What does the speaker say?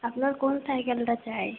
আপনার কোন সাইকেলটা চাই